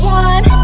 one